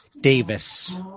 Davis